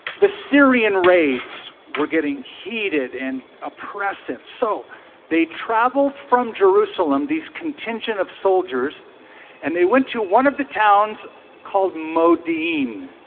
the syrian raids were getting heated and oppressive. so they traveled from jerusalem these contingent of soldiers and they went to one of the town's called modine.